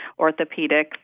orthopedics